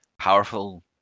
powerful